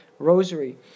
Rosary